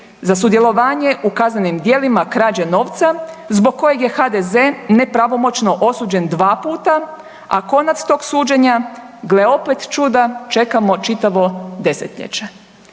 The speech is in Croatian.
za sudjelovanje u kaznenim djelima, krađe novca, zbog kojeg je HDZ nepravomoćno osuđen dva puta, a konac tog suđenja, gle opet čuda, čekamo čitavo desetljeće.